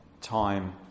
time